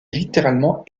littéralement